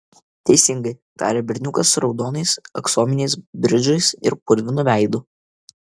teisingai tarė berniukas su raudonais aksominiais bridžais ir purvinu veidu